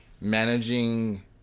managing